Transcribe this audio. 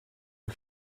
you